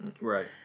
right